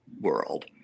world